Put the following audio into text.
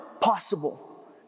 possible